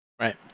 Right